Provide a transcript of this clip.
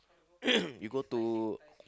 you go to